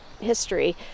history